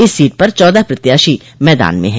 इस सीट पर चौदह प्रत्याशी मैदान में हैं